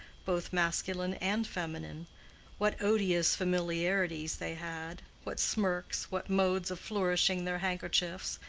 both masculine and feminine what odious familiarities they had, what smirks, what modes of flourishing their handkerchiefs,